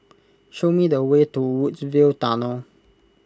show me the way to Woodsville Tunnel